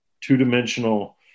two-dimensional